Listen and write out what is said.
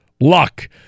luck